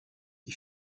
est